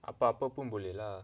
apa-apa pun boleh lah